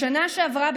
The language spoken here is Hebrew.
בשנה שעברה,